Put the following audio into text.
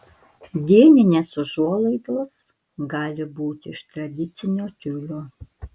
dieninės užuolaidos gali būti iš tradicinio tiulio